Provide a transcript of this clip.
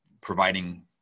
providing